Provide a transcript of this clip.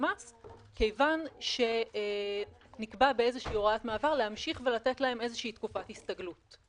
מס מכיוון שנקבע בהוראת מעבר להמשיך ולתת להם איזושהי תקופת הסתגלות.